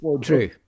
true